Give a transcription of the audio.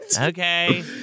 Okay